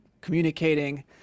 communicating